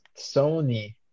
Sony